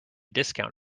discount